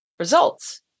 results